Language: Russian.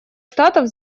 штатов